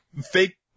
Fake